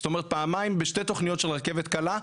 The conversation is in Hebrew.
זאת אומרת פעמיים בשתי תוכניות של רכבת קלה,